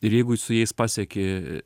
ir jeigu su jais pasieki